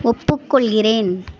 ஒப்புக்கொள்கிறேன்